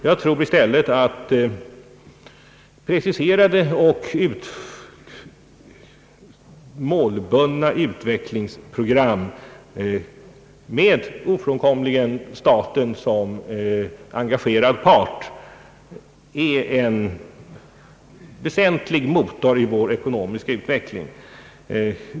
Jag tror i stället att preciserade och målbundna utvecklingsprogram, ofrånkomligen med staten som engagerad part, är en väsentlig motor i vår ekonomiska utveckling.